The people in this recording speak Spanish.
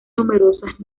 numerosas